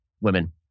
women